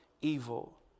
evil